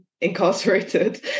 incarcerated